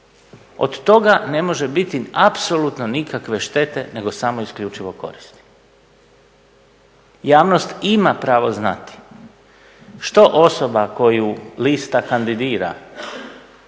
Od toga ne može biti apsolutno nikakve štete nego samo isključivo koristi. Javnost ima pravo znati što osoba koju lista kandidira